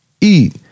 eat